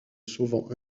sauvant